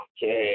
Okay